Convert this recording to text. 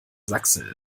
sachse